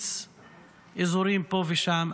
אזורים פה ושם.